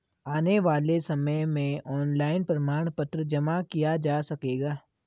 आने वाले समय में ऑनलाइन प्रमाण पत्र जमा किया जा सकेगा